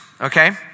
Okay